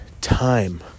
time